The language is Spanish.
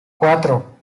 cuatro